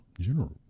General